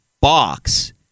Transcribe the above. box